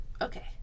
Okay